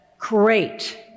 great